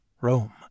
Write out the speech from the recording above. Rome